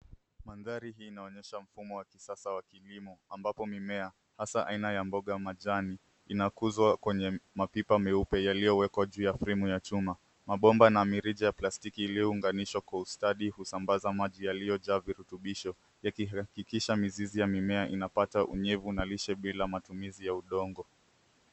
Mandhari hii inaonyesha mfumo wa kisasa wa kilimo ambapo mimea hasa aina ya mboga ya majani inakuzwa kwenye mapipa meupe yaliyowekwa juu ya fremu ya chuma. Mabomba na mirija ya plastiki iliyounganishwa kwa ustadi, husambaza maji yaliyojaa virutubisho yakihakikisha mizizi ya mimea inapata unyevu na lishe bila matumizi ya udongo.